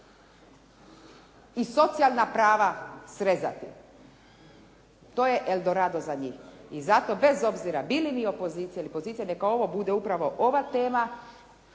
i socijalna prava srezati. To je "eldorado" za njih i zato bez obzira bili mi opozicija ili pozicija, neka ovo bude upravo ova tema